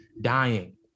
dying